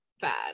bad